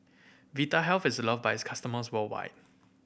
Vitahealth is love by its customers worldwide